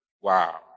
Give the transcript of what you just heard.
Wow